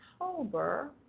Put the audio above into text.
October